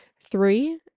three